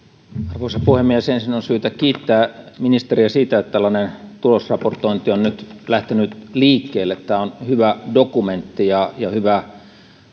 arvoisa puhemies ensin on syytä kiittää ministeriä siitä että tällainen tulosraportointi on nyt lähtenyt liikkeelle tämä on hyvä dokumentti ja hyvä